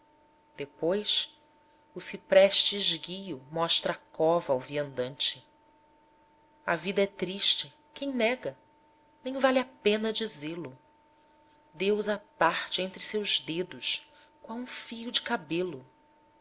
instante depois o cipreste esguio mostra a cova ao viandante a vida é triste quem nega nem vale a pena dizê-lo deus a parte entre seus dedos qual um fio de cabelo